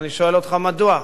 ואני שואל אותך: מדוע?